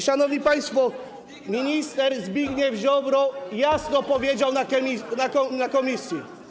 Szanowni państwo, minister Zbigniew Ziobro jasno powiedział na posiedzeniu komisji.